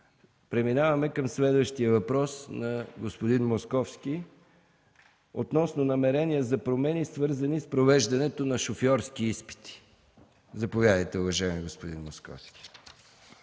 Преминаваме към следващия въпрос – на господин Московски, относно намерения за промени, свързани с провеждането на шофьорски изпити. Заповядайте, уважаеми господин Московски.